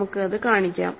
നമുക്ക് അത് കാണിക്കാം